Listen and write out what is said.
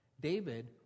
David